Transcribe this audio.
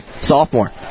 sophomore